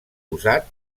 usat